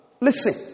Listen